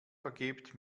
vergebt